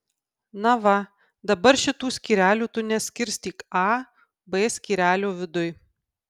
na va dabar šitų skyrelių tu neskirstyk a b skyrelio viduj